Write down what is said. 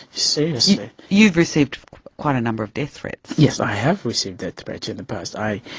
seriously. you've received quite a number of death threats? yes, i have received death threats in the past. i.